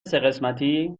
سهقسمتی